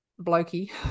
blokey